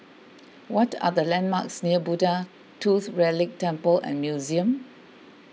what are the landmarks near Buddha Tooth Relic Temple and Museum